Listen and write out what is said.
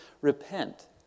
repent